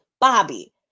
Bobby